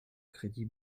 crédits